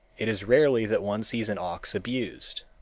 it is rarely that one sees an ox abused.